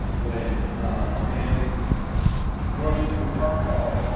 when a man drove into a parked car,